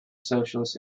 socialist